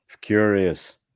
Curious